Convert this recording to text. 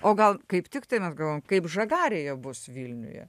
o gal kaip tiktai mes galvojam kaip žagarėje bus vilniuje